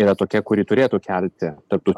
yra tokia kuri turėtų kelti tarptau